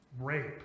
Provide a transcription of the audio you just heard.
rape